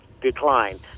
decline